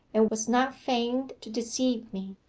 and was not feigned to deceive me.